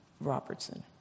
Robertson